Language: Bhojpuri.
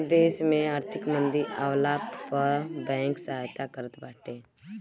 देस में आर्थिक मंदी आवला पअ बैंक सहायता करत बाटे